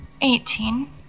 eighteen